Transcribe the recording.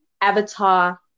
Avatar